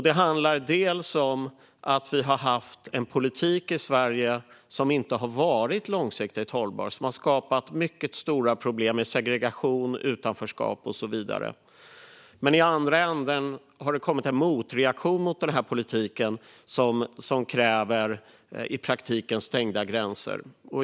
Det handlar om att vi har haft en politik i Sverige som inte har varit långsiktigt hållbar och som har skapat mycket stora problem med segregation, utanförskap och så vidare. I den andra änden har det kommit en motreaktion mot denna politik som kräver i praktiken stängda gränser.